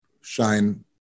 shine